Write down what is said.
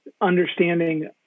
understanding